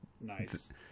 nice